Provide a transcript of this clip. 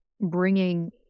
bringing